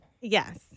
Yes